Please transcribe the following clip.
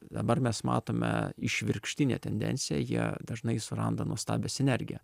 abar mes matome išvirkštinę tendenciją jie dažnai suranda nuostabią sinergiją